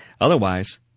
Otherwise